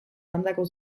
bandako